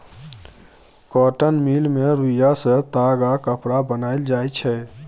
cotton mill मे रुइया सँ ताग आ कपड़ा बनाएल जाइ छै